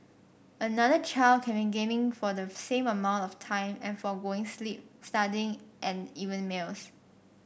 another child can be gaming for the same amount of time and forgoing sleep studying and even meals